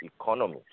economy